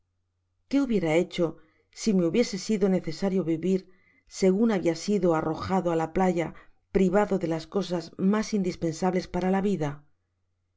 qué hubiera hecho si me hubiese sido necesario vivir segun habia sido arrojado á la playa privado de las cosas mas indispensables para la vida